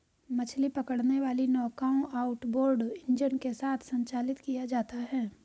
मछली पकड़ने वाली नौकाओं आउटबोर्ड इंजन के साथ संचालित किया जाता है